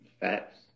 Facts